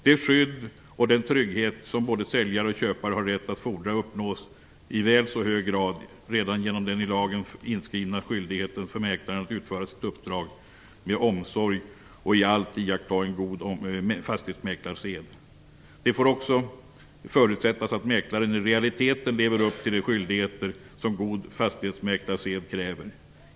Det skydd och den trygghet som både säljare och köpare har rätt att fordra uppnås i väl så hög grad redan genom den i lagen inskrivna skyldigheten för mäklaren att utföra sitt uppdrag omsorgsfullt och i allt iaktta god fastighetsmäklarsed. Det får också förutsättas att mäklaren i realiteten lever upp till de skyldigheter som god fastighetsmäklarsed kräver.